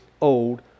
old